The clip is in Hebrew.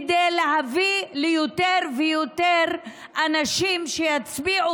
כדי להביא ליותר ויותר אנשים שיצביעו